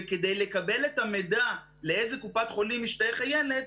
שכדי לקבל את המידע לאיזו קופת חולים משתייך הילד,